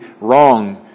wrong